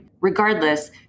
Regardless